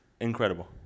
incredible